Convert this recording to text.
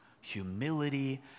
Humility